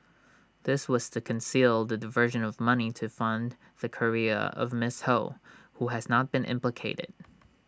this was to conceal the diversion of money to fund the career of miss ho who has not been implicated